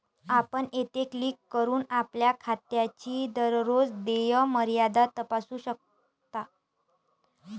आपण येथे क्लिक करून आपल्या खात्याची दररोज देय मर्यादा तपासू शकता